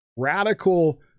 radical